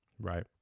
Right